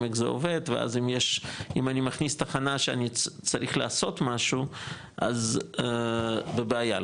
איך זה עובד ואז אם אני מכניס תחנה שאני צריך לעשות משהו אז זו בעיה,